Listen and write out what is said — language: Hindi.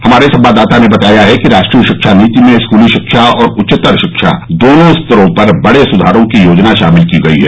हमारे संवाददाता ने बताया है कि राष्ट्रीय शिक्षा नीति में स्कूली शिक्षा और उच्चतर शिक्षा दोनों स्तरों पर बड़े सुधारों की योजना शामिल की गई है